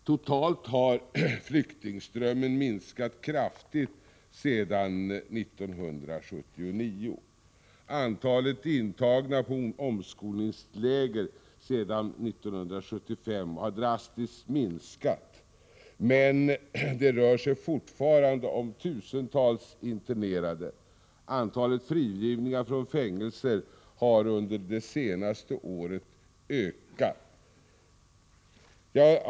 Totalt har flyktingströmmen minskat kraftigt sedan 1979. Antalet intagna på omskolningsläger har drastiskt minskat sedan 1975. Men det rör sig fortfarande om tusentals internerade. Antalet frigivningar från fängelser har under det senaste året ökat.